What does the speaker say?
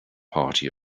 party